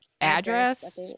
address